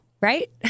right